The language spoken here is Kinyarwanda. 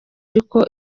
ariko